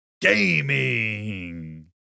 Gaming